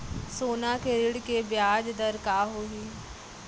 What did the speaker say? सोना के ऋण के ब्याज दर का होही?